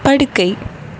படுக்கை